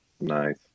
Nice